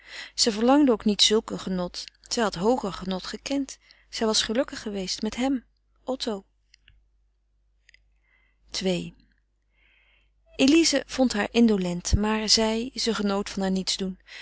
zij verlangde ook niet zulk een genot zij had hooger genot gekend zij was gelukkig geweest met hem otto ii elize vond haar indolent maar zij ze genoot van haar nietsdoen